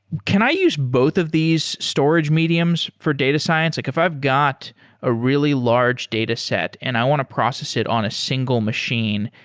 can i use both of these storage mediums for data science? like if i've got a really large dataset and i want to process it on a single machine,